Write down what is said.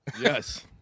Yes